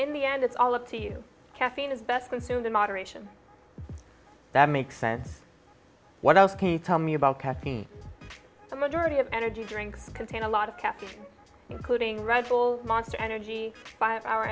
in the end it's all up to you caffeine is best consumed in moderation that makes sense what else can you tell me about caffeine the majority of energy drinks contain a lot of caffeine including radical monster energy five hour